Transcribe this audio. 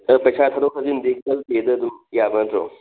ꯑꯗꯨ ꯄꯩꯁꯥ ꯊꯥꯗꯣꯛ ꯊꯥꯖꯤꯟꯗꯤ ꯒꯨꯒꯜ ꯄꯦꯗ ꯑꯗꯨꯝ ꯌꯥꯕ ꯅꯠꯇ꯭ꯔꯣ